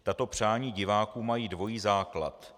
Tato přání diváků mají dvojí základ.